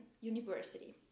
university